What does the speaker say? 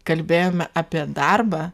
kalbėjome apie darbą